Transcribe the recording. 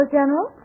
General